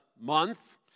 month